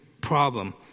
problem